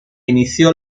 inició